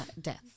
death